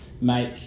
make